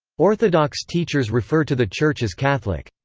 orthodox teachers refer to the church as catholic.